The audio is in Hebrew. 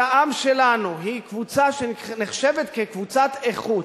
העם שלנו היא קבוצה שנחשבת קבוצת איכות,